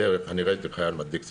בדרך ראיתי חייל מדליק סיגריה.